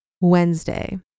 Wednesday